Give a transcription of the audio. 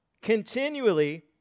continually